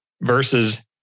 versus